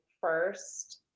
first